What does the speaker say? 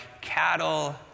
cattle